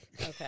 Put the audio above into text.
Okay